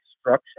structure